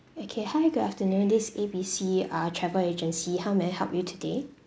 okay hi good afternoon this A B C uh travel agency how may I help you today